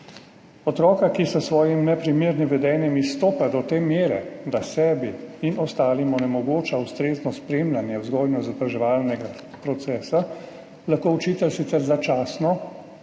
Otroka, ki s svojim neprimernim vedenjem izstopa do te mere, da sebi in ostalim onemogoča ustrezno spremljanje vzgojno-izobraževalnega procesa, lahko učitelj sicer začasno